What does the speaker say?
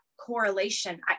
correlation